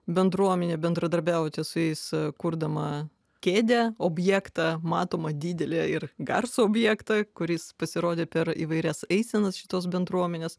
bendruomene bendradarbiaujate su jais kurdama kėdę objektą matomą didelį ir garsų objektą kuris pasirodė per įvairias eisenas šitos bendruomenės